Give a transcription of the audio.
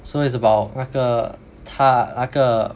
so it's about 那个他那个